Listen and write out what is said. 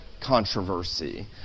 controversy